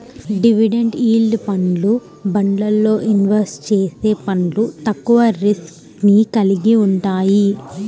dividend yield ఫండ్లు, బాండ్లల్లో invest చేసే ఫండ్లు తక్కువ రిస్క్ ని కలిగి వుంటయ్యి